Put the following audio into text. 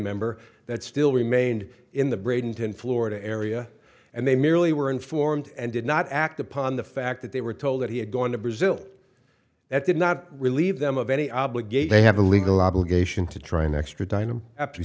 member that still remained in the breynton florida area and they merely were informed and did not act upon the fact that they were told that he had gone to brazil that did not relieve them of any obligate they have a legal obligation to try and extradite him after